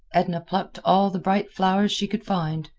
edna plucked all the bright flowers she could find,